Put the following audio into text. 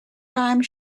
time